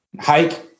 hike